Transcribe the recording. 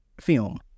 film